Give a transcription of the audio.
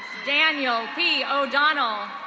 daniel p o'donnell.